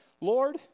Lord